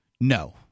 no